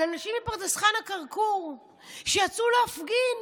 על אנשים מפרדס חנה-כרכור שיצאו להפגין